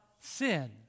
sin